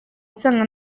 nsanga